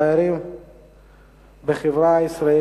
3554 ו-3564: הפערים בחברה הישראלית,